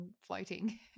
floating